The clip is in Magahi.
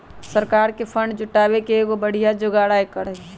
सरकार के फंड जुटावे के एगो बढ़िया जोगार आयकर हई